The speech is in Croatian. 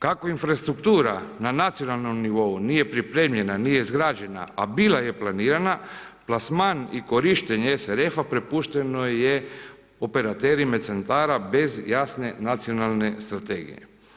Kako infrastruktura na nacionalnom nivou nije pripremljena, nije izgrađena a bila je planirana, plasman i korištenje SRF-a prepušteno je operaterima centara bez jasne nacionalne strategije.